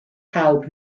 pawb